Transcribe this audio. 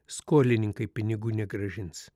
skolininkai pinigų negrąžins